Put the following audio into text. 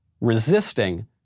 Resisting